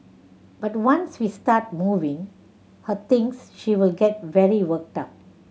but once we start moving her things she will get very worked up